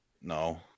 no